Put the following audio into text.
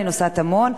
אני נוסעת המון.